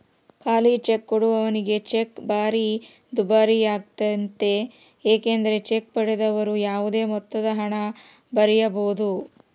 ಖಾಲಿಚೆಕ್ ಕೊಡುವವನಿಗೆ ಚೆಕ್ ಭಾರಿ ದುಬಾರಿಯಾಗ್ತತೆ ಏಕೆಂದರೆ ಚೆಕ್ ಪಡೆದವರು ಯಾವುದೇ ಮೊತ್ತದಹಣ ಬರೆಯಬೊದು